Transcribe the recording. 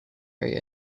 area